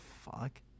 Fuck